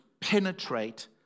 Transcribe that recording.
penetrate